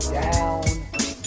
down